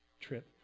trip